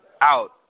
out